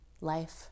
life